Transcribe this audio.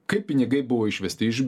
kaip pinigai buvo išvesti iš